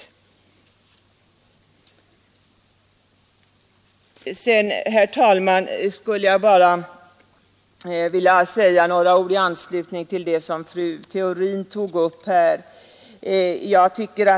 Till slut, herr talman, skulle jag bara vilja säga några ord i anslutning till vad fru Theorin tog upp.